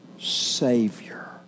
Savior